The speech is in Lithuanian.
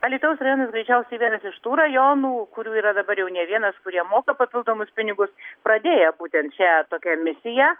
alytaus rajonas greičiausiai vienas iš tų rajonų kurių yra dabar jau ne vienas kurie moka papildomus pinigus pradėję būtent šią tokią misiją